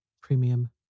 Premium